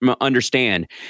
understand